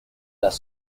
las